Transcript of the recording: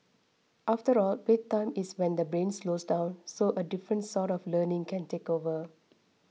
after all bedtime is when the brain slows down so a different sort of learning can take over